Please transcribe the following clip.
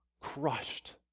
crushed